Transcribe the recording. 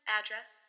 address